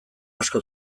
asko